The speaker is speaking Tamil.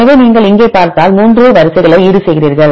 எனவே நீங்கள் இங்கே பார்த்தால் 3 வரிசைகளை ஈடுசெய்கிறீர்கள்